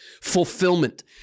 fulfillment